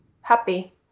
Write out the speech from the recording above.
happy